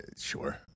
Sure